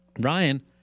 Ryan